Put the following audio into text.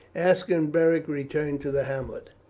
aska and beric returned to the hamlet.